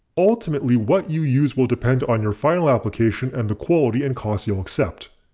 ultimately what you use will depend on your final application and the quality and costs you'll accept.